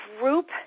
group